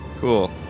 Cool